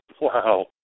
Wow